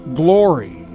glory